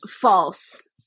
False